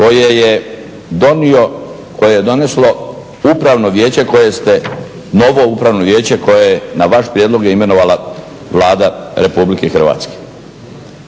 dokument koje je doneslo Upravno vijeće koje ste, novo Upravno vijeće koje na vaš prijedlog je imenovala Vlada Republike Hrvatske.